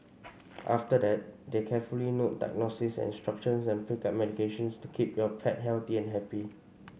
after that they carefully note diagnoses and instructions and pick up medications to keep your pet healthy and happy